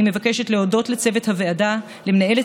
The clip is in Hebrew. אני מבקשת להודות לצוות הוועדה: למנהלת